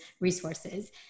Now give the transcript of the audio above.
resources